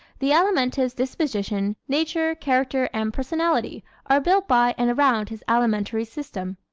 the alimentive's disposition, nature, character and personality are built by and around his alimentary system.